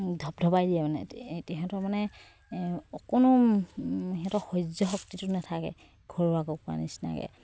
ধপধপাই দিয়ে মানে ইহঁতৰ মানে অকণো সিহঁতৰ সহ্য শক্তিটো নাথাকে ঘৰুৱা কুকুৰাৰ নিচিনাকে